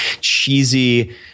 cheesy